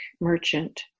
merchant